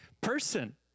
person